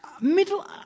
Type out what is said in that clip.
middle